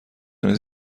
نیز